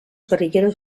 guerrilleros